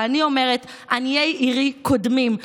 ואני אומרת: עניי עירי קודמים,